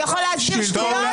הוא יכול להסביר שטויות?